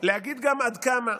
להגיד גם עד כמה.